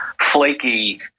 flaky